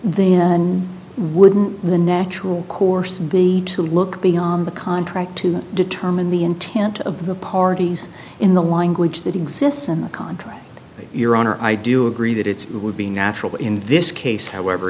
then wouldn't the natural course be to look beyond the contract to determine the intent of the parties in the language that exists in the contract your honor i do agree that it's would be natural in this case however